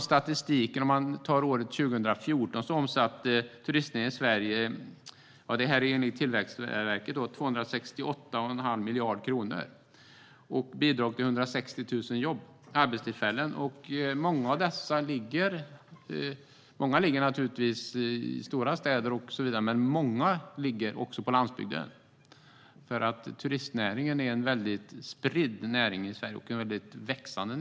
Statistiken för år 2014 visar att turistnäringen i Sverige enligt Tillväxtverket omsatte 268,5 miljarder kronor och bidrog till 160 000 arbetstillfällen. Många av dessa jobb finns i stora städer, men många finns också på landsbygden. Turistnäringen är en spridd och växande näring i Sverige.